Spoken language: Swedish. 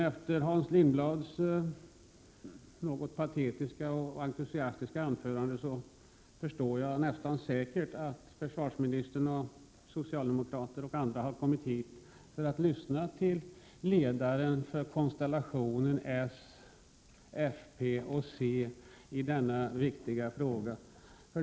Efter Hans Lindblads något patetiska och entusiastiska anförande förstår jag nästan säkert att försvarsministern, socialdemokrater och andra har kommit hit för att lyssna till ledaren för konstellationen s-fp-c i denna viktiga fråga.